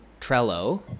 Trello